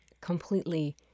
completely